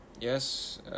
yes